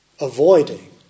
avoiding